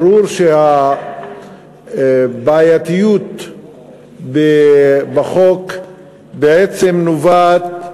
ברור שהבעייתיות בחוק בעצם נובעת,